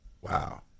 wow